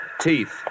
Teeth